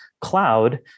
cloud